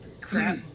crap